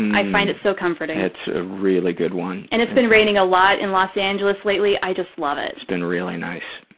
and i find it so comforting. that's a really good one. and it's been raining a lot in los angeles lately. i just love it. it's been really nice.